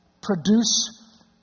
produce